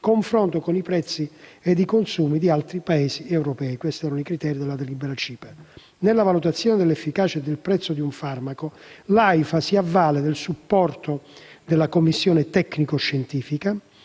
confronto con i prezzi e i consumi degli altri Paesi europei. Questi erano i criteri della delibera CIPE. Nella valutazione dell'efficacia e del prezzo di un farmaco, l'AIFA si avvale del supporto della commissione tecnico-scientifica